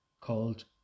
called